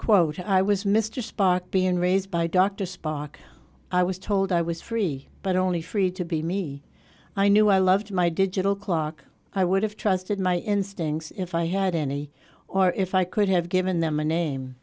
quote i was mr spock being raised by dr spock i was told i was free but only free to be me i knew i loved my digital clock i would have trusted my instincts if i had any or if i could have given them a name